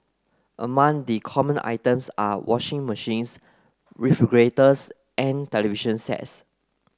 among the common items are washing machines refrigerators and television sets